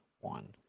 one